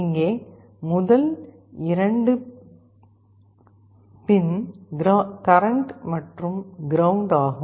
இங்கே முதல் இரண்டு பின் கரண்ட் மற்றும் கிரவுண்ட் ஆகும்